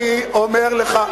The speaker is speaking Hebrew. אני אומר לך,